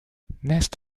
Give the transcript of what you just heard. nest